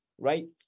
right